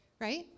right